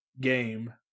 game